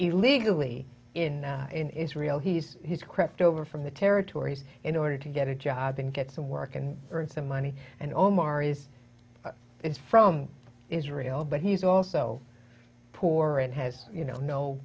illegally in in israel he's he's crept over from the territories in order to get a job and get some work and earn some money and omar is it's from israel but he's also poor and has you know no